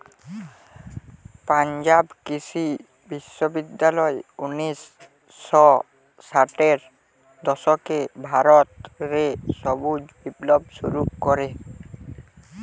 পাঞ্জাব কৃষি বিশ্ববিদ্যালয় উনিশ শ ষাটের দশকে ভারত রে সবুজ বিপ্লব শুরু করে